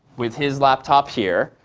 with his laptop here.